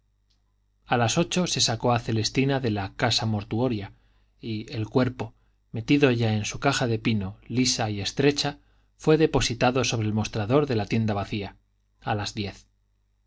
a las ocho se sacó a celestina de la casa mortuoria y el cuerpo metido ya en su caja de pino lisa y estrecha fue depositado sobre el mostrador de la tienda vacía a las diez